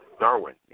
Darwin